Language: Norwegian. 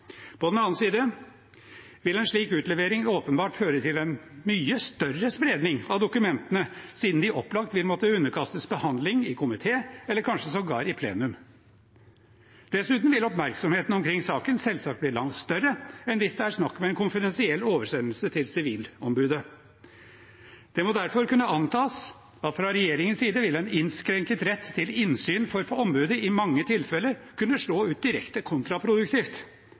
På den annen side vil en slik utlevering åpenbart føre til en mye større spredning av dokumentene siden de opplagt vil måtte underkastes behandling i komité, eller kanskje sågar i plenum. Dessuten vil oppmerksomheten omkring saken selvsagt bli langt større enn hvis det er snakk om en konfidensiell oversendelse til sivilombudet. Det må derfor kunne antas at fra regjeringens side vil en innskrenket rett til innsyn for ombudet i mange tilfeller kunne slå ut direkte kontraproduktivt